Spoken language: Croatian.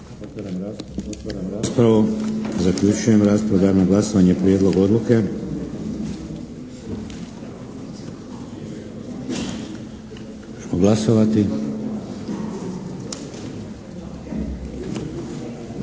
Otvaram raspravu. Zaključujem raspravu. Dajem na glasovanje Prijedlog odluke. Možemo glasovati.